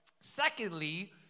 secondly